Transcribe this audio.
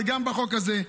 וגם בחוק הזה.